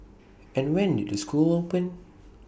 and when did the school open